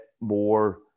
more